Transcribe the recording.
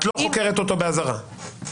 את חוקרת אותו באזהרה?